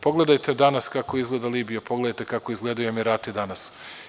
Pogledajte danas kako izgleda Libija, pogledajte kako izgledaju Emirati danas.